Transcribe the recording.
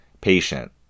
patient